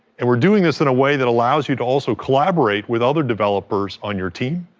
and we're doing this in a way that allows you to also collaborate with other developers on your team,